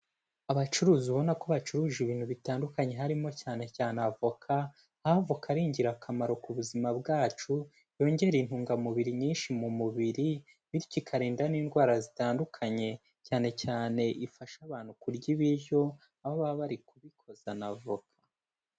Abacuruzi ubona ko bacuruje ibintu bitandukanye harimo cyane cyane avoka, aho avoka ari ingirakamaro ku buzima bwacu, yongera intungamubiri nyinshi mu mubiri, bityo ikarinda n'indwara zitandukanye, cyane cyane ifasha abantu kurya ibiryo aho baba bari kubikoza n'avoka.